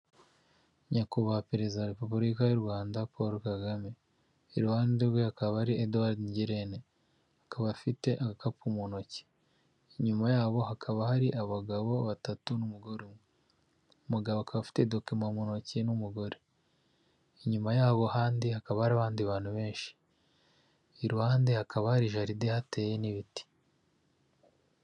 Nyakubahwa perezida wa repubulika y'u Rwanda Paul Kagame, iruhande rwe hakaba hari Uduwari Ngirente akaba afite agakapu mu ntoki, inyuma yabo hakaba hari abagabo batatu n'umugore umwe, umugabo akaba afite dokima mu ntoki n'umugore, inyuma yabo handi hakaba hari abandi bantu benshi, iruhande hakaba hari jaride ihateye n'ibiti.